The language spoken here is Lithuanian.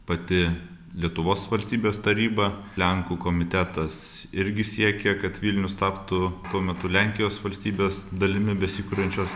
pati lietuvos valstybės taryba lenkų komitetas irgi siekė kad vilnius taptų tuo metu lenkijos valstybės dalimi besikuriančios